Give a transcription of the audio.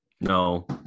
no